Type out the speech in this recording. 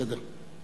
בסדר.